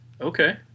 Okay